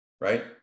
right